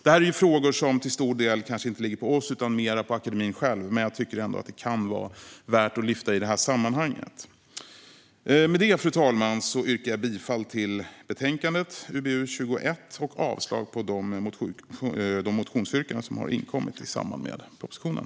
Det här är ju frågor som till stor del inte ligger på oss utan mer på akademin själv, men jag tycker ändå att de kan vara värda att lyfta fram i sammanhanget. Med det, fru talman, yrkar jag bifall till förslaget i betänkande UbU21 och avslag på de motionsyrkanden som har inkommit i samband med propositionen.